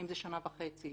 האם זה שנה וחצי?